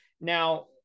Now